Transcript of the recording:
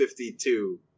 52